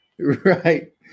Right